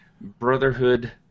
Brotherhood